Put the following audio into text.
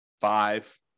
five